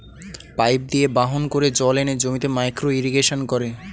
pipe দিয়ে বাহন করে জল এনে জমিতে মাইক্রো ইরিগেশন করে